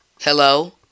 Hello